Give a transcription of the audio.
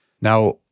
Now